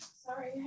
Sorry